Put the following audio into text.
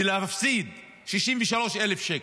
ולהפסיד 63,000 שקל.